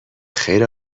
خیر